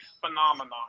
phenomenon